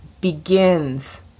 begins